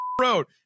road